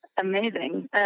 amazing